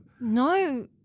No